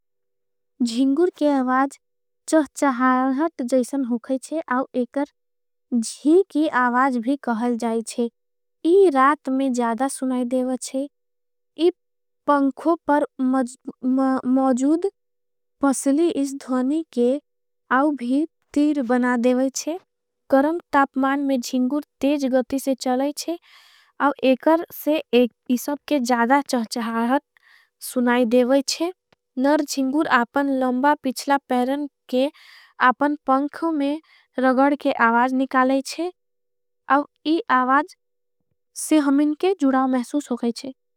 जिंगुर के आवाज चहचहाहत जैसन होखईछे आव। एकर जीकी आवाज भी कहल जाईछे इ रात में। ज़्यादा सुनाई देवाछे इ पंखो पर मजूद पसली। इस धोनी के आव भी तीर बनादेवाईछे करम। तापमान में जिंगुर तेज गति से चलाईछे आव। एकर से एक किसम के ज़्यादा चहचहाहत। सुनाई देवाईछे नर जिंगुर आपन लंबा पिछला। पेरन के आपन पंखो में रगड के आवाज निकालाईछे। अव इ आवाज से हम इनके जुड़ाओ महसूस हो गईछे।